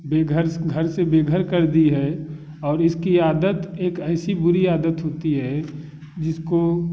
बेघर से घर से बेघर कर दी है और इसकी आदत एक ऐसी बुरी आदत होती है जिसको